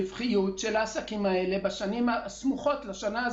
לבדוק את הרווחיות של העסקים האלה בשנים הסמוכות לשנה הזאת.